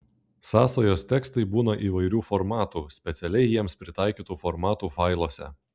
sąsajos tekstai būna įvairių formatų specialiai jiems pritaikytų formatų failuose